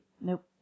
Nope